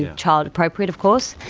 and child appropriate of course.